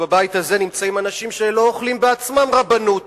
בבית הזה נמצאים אנשים שלא אוכלים בעצמם רבנות